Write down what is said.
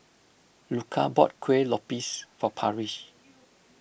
Luca bought Kuih Lopes for Parrish